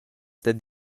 dad